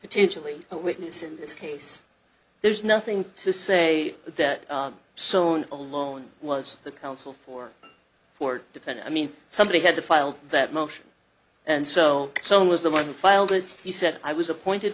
potentially a witness in this case there's nothing to say that so on alone was the counsel for ford depend i mean somebody had to file that motion and so some was the one who filed it he said i was appointed